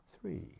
three